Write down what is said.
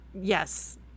yes